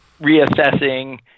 reassessing